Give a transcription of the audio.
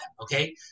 okay